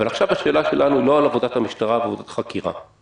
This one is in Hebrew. אבל עכשיו השאלה שלנו היא לא על עבודת המשטרה ועבודת חקירה.